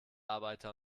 arbeiter